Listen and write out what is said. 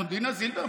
דינה זילבר.